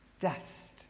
Dust